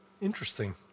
Interesting